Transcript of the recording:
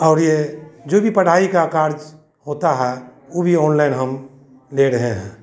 और यह जो भी पढ़ाई का कार्य होता है वह भी ऑनलाइन हम ले रहे हैं